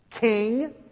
King